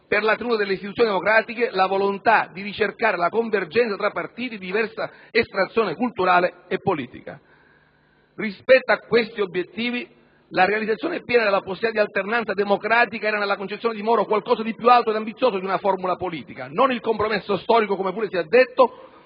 per la tenuta delle istituzioni democratiche, la volontà di ricercare la convergenza tra partiti di diversa estrazione culturale e politica. Rispetto a questi obiettivi, la realizzazione piena della possibilità di alternanza democratica era, nella concezione di Moro, qualcosa di più alto ed ambizioso di una formula politica: non il compromesso storico, come pure si è detto,